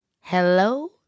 hello